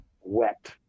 wet